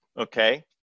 okay